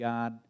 God